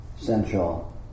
central